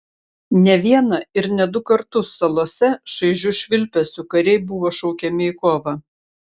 ne vieną ir ne du kartus salose šaižiu švilpesiu kariai buvo šaukiami į kovą